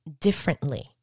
differently